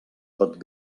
got